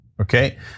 okay